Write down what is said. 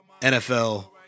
NFL